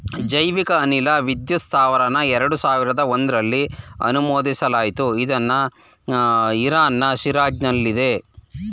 ಜೈವಿಕ ಅನಿಲ ವಿದ್ಯುತ್ ಸ್ತಾವರನ ಎರಡು ಸಾವಿರ್ದ ಒಂಧ್ರಲ್ಲಿ ಅನುಮೋದಿಸಲಾಯ್ತು ಇದು ಇರಾನ್ನ ಶಿರಾಜ್ನಲ್ಲಿದೆ